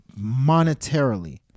monetarily